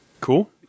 Cool